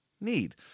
need